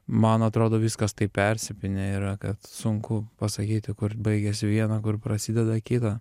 man atrodo viskas taip persipynę yra kad sunku pasakyti kur baigiasi viena kur prasideda kita